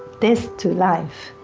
death to life,